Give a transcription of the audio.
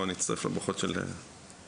אני אצטרף לברכות של חבריי,